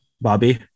Bobby